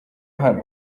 hano